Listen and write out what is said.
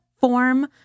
form